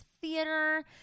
theater